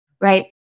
right